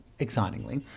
Excitingly